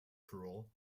cruel